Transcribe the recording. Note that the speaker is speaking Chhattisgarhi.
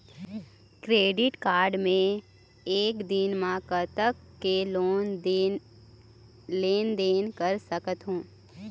क्रेडिट कारड मे एक दिन म कतक के लेन देन कर सकत हो?